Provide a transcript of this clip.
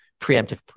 preemptive